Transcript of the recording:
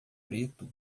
preto